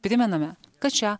primename kad šią